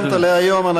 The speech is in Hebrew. סיימת להיום.